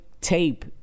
tape